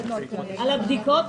הישיבה נעולה.